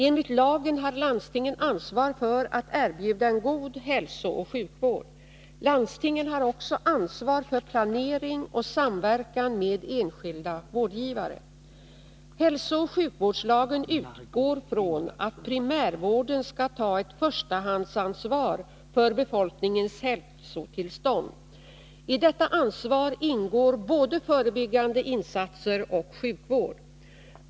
Enligt lagen har landstingen ansvar för att erbjuda en god hälsooch sjukvård. Landstingen har också ansvar för planering och samverkan med enskilda vårdgivare. Hälsooch sjukvårdslagen utgår från att primärvården skall ta ett förstahandsansvar för befolkningens hälsotillstånd. I detta ansvar ingår både förebyggande insatser och sjukvård.